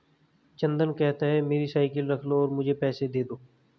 चंदन कहता है, मेरी साइकिल रख लो और मुझे पैसे दे दो